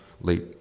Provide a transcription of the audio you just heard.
late